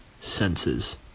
senses